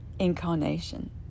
incarnation